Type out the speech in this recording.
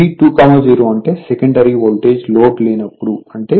క V2 0 అంటే secondary voltage load లేనప్పుడు అంటే V2 0 E2